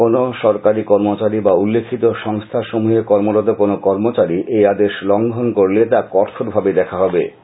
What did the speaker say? কোন সরকারী কর্মচারী বা উল্লিখিত সংস্থা সমূহে কর্মরত কোনও কর্মচারী এই আদেশ লঙ্ঘন করলে তা কঠোরভাবে দেখা হবে